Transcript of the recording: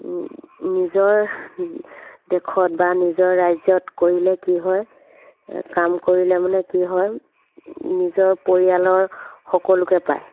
নিজৰ দেশত বা নিজৰ ৰাজ্যত কৰিলে কি হয় কাম কৰিলে মানে কি হয় নিজৰ পৰিয়ালৰ সকলোকে পায়